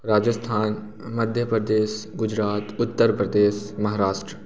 Rajasthan Madhya Pradesh Gujarat Uttar Pradesh Maharashtra